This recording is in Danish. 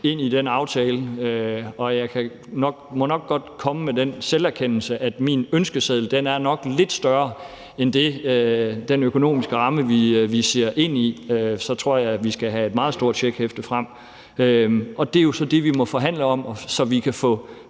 ind i den aftale som muligt, og jeg må nok godt komme med den selverkendelse, at min ønskeseddel nok er lidt større end den økonomiske ramme, vi ser ind i. I givet fald ville vi skulle have et meget stort checkhæfte frem, og det er jo så det, vi må forhandle om, så vi kan få